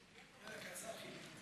להצטרף.